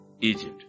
Egypt